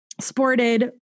sported